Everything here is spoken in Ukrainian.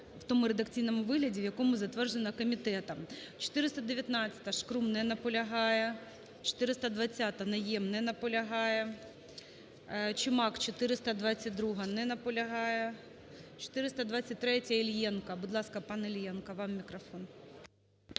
в тому редакційному вигляді, в якому затверджена комітетом. 419-а, Шкрум. Не наполягає. 420-а, Найєм. Не наполягає. Чумак, 422-а. Не наполягає. 423-я, Іллєнко. Будь ласка, пан Іллєнко, вам мікрофон.